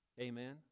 Amen